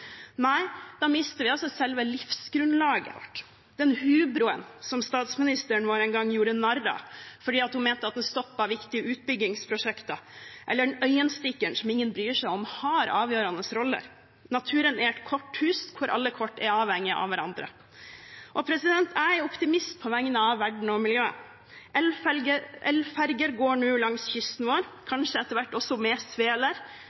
nei, da mister vi også selve livsgrunnlaget vårt. Og hubroen, som statsministeren vår en gang gjorde narr av fordi hun mente den stoppet viktige utbyggingsprosjekter, eller øyenstikkeren, som ingen bryr seg om, har avgjørende roller. Naturen er et korthus der alle kortene er avhengige av hverandre. Jeg er optimist på vegne av verden og miljøet. Elferjer går nå langs kysten vår – kanskje etter hvert også med